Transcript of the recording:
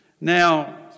Now